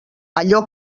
allò